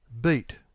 Beat